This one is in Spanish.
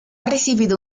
recibido